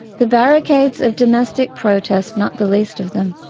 the barricades of domestic protest not the least of them.